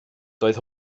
doedd